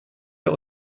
der